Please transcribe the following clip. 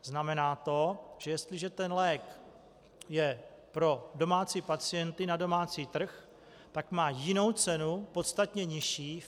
Znamená to, že jestliže ten lék je pro domácí pacienty na domácí trh, tak má jinou cenu, podstatně nižší.